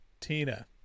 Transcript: tina